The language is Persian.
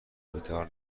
بیدار